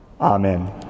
Amen